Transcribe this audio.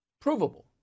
Provable